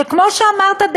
שכמו שאמרת,